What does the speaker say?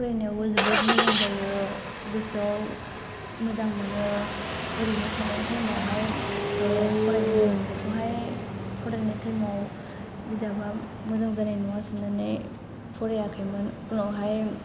फरायनायावबो जोबोद मोजां जायो गोसोआव मोजां मोनो ओरैनो थानाय टाइमावहाय फरायदोंमोन बेखौहाय फरायनाय टाइमाव बिजाबा मोजां जानाय नङा साननानै फरायाखैमोन उनावहाय